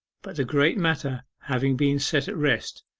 but the great matter having been set at rest,